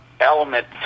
element